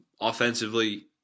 offensively